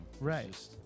right